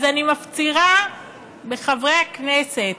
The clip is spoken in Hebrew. אז אני מפצירה בחברי הכנסת: